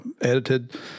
edited